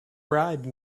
bribe